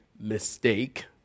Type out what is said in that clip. mistake